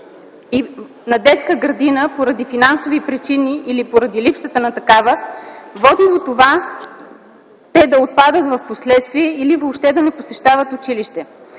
и детска градина, поради финансови причини или поради липсата на такава, води до това те да отпадат впоследствие или въобще да не посещават училища.